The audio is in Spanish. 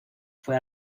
fue